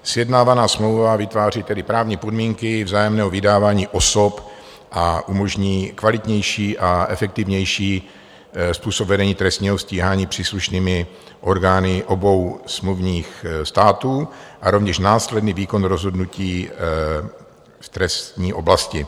Sjednávaná smlouva vytváří tedy právní podmínky vzájemného vydávání osob a umožní kvalitnější a efektivnější způsob vedení trestního stíhání příslušnými orgány obou smluvních států a rovněž následný výkon rozhodnutí v trestní oblasti.